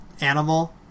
animal